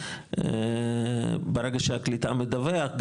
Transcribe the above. ברגע שהקליטה מדווחת,